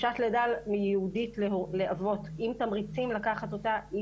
חופשת לידה ייעודית לאבות עם תמריצים לקחת אותה היא